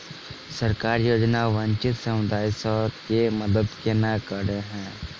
सरकारी योजना वंचित समुदाय सब केँ मदद केना करे है?